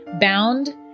bound